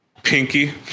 Pinky